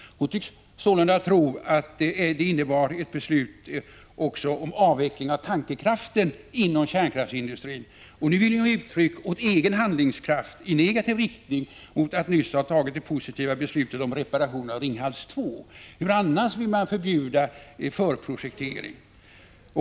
Hon tycks sålunda tro att det innebar ett beslut också om avveckling av tankekraften inom kärnkraftsindustrin. Nu vill hon ge uttryck åt egen handlingskraft i negativ riktning, sedan hon nyss tagit det positiva beslutet om reparation av Ringhals 2. Varför annars vill man förbjuda förprojektering?